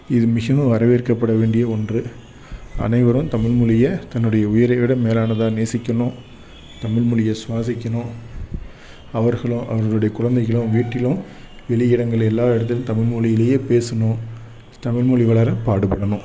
இது நிச்சயமாக வரவேற்கப்பட வேண்டிய ஒன்று அனைவரும் தமிழ் மொழிய தன்னுடைய உயிரை விட மேலானதாக நேசிக்கணும் தமிழ் மொழிய சுவாசிக்கணும் அவர்களும் அவர்களுடைய குழந்தைகளும் வீட்டிலும் வெளி இடங்கள் எல்லா இடத்திலும் தமிழ் மொழியிலயே பேசணும் தமிழ் மொழி வளர பாடுபடணும்